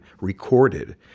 recorded